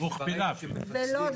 הוכפלה אפילו.